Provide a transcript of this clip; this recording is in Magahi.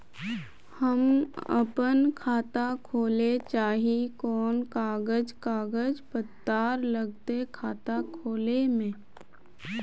हम अपन खाता खोले चाहे ही कोन कागज कागज पत्तार लगते खाता खोले में?